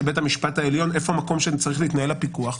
בית המשפט העליון איפה המקום שצריך להתנהל הפיקוח,